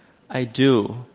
i do,